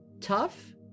tough